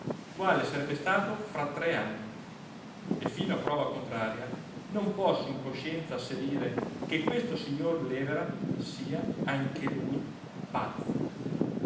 quale sarebbe stato fra tre anni e fino a prova contraria non posso in coscienza asserire che questo signor lèvera sia anche lui pazzo